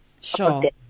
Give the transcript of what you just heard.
sure